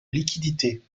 liquidités